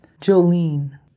Jolene